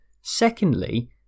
Secondly